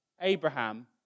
Abraham